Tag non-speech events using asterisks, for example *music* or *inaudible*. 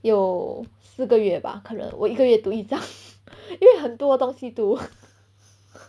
有四个月吧可能我一个月读一张因为很多东西读 *laughs*